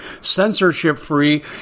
censorship-free